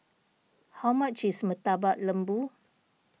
how much is Murtabak Lembu